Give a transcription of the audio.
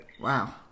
Wow